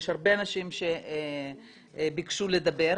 יש הרבה אנשים שביקשו לדבר,